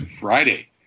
Friday